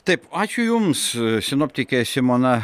taip ačiū jums sinoptikė simona